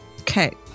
Okay